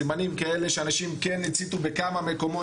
סימנים כאלה שאנשים כן הציתו בכמה מקומות,